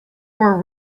were